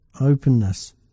openness